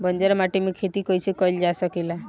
बंजर माटी में खेती कईसे कईल जा सकेला?